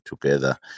together